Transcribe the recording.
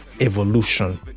evolution